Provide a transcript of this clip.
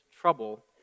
trouble